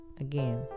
again